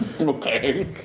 Okay